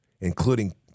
including